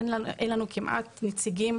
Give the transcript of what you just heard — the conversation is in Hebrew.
אין לנו כמעט נציגים,